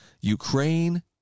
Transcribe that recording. Ukraine